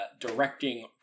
directing